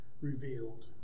revealed